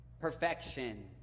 perfection